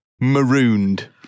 marooned